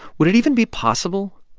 would it even be possible?